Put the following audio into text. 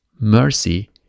mercy